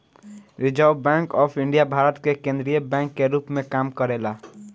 reserve bank of India Bharat के केंद्रीय bank के रूप में काम करेला